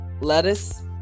lettuce